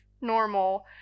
normal